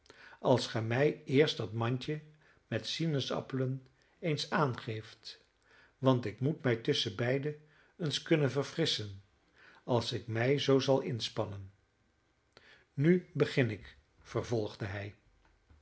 als ge mij eerst dat mandje met sinaasappelen eens aangeeft want ik moet mij tusschenbeide eens kunnen verfrisschen als ik mij zoo zal inspannen nu begin ik vervolgde hij